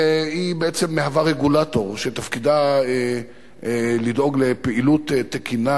היא בעצם רגולטור שתפקידו לדאוג לפעילות תקינה